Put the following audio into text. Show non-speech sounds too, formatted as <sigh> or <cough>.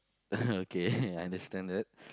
<laughs> okay <laughs> understand it